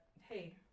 hey